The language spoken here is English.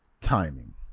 timing